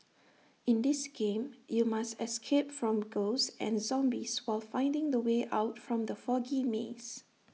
in this game you must escape from ghosts and zombies while finding the way out from the foggy maze